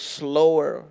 slower